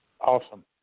Awesome